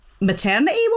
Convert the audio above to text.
maternity